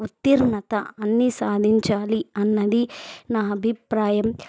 ఉత్తీర్ణత అన్నీ సాధించాలి అన్నది నా అభిప్రాయం